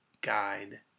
guide